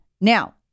Now